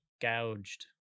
gouged